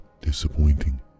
disappointing